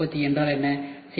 மறைமுக உற்பத்தி என்றால் என்ன